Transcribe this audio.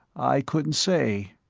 i couldn't say.